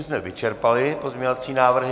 Tím jsme vyčerpali pozměňovací návrhy.